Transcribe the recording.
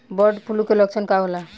Bird flu के लक्षण का होला?